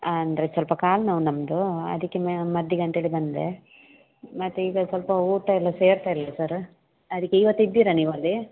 ಹಾಂ ಅಂದರೆ ಸಲ್ಪ ಕಾಲು ನೋವು ನಮ್ಮದು ಅದಕ್ಕೆ ಮದ್ದಿಗೆ ಅಂತೇಳಿ ಬಂದೆ ಮತ್ತು ಈಗ ಸ್ವಲ್ಪ ಊಟ ಎಲ್ಲ ಸೇರ್ತಾ ಇಲ್ಲ ಸರ ಅದಕ್ಕೆ ಇವತ್ತು ಇದ್ದೀರಾ ನೀವು ಅಲ್ಲಿ